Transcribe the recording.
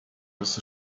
with